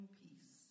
peace